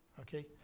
Okay